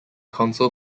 council